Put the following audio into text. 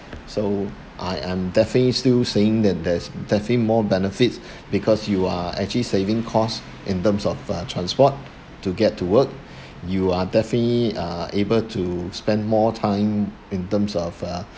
so I am definitely still saying that there's definitely more benefits because you are actually saving cost in terms of uh transport to get to work you are definitely uh able to spend more time in terms of uh